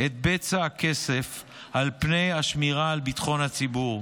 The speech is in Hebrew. את בצע הכסף על פני השמירה על ביטחון הציבור.